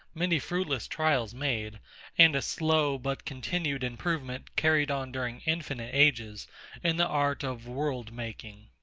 many fruitless trials made and a slow, but continued improvement carried on during infinite ages in the art of world-making.